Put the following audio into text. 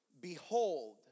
Behold